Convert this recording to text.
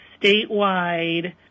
statewide